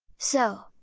so,